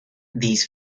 these